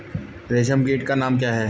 रेशम कीट का नाम क्या है?